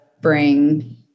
bring